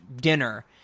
dinner